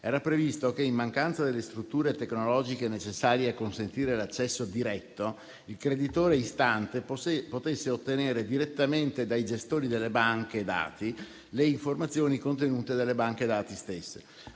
era previsto che, in mancanza delle strutture tecnologiche necessarie a consentire l'accesso diretto, il creditore istante potesse ottenere direttamente dai gestori delle banche dati le informazioni in esse contenute. Con questa